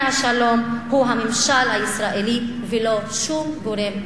השלום הוא הממשל הישראלי ולא שום גורם אחר.